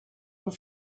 were